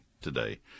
today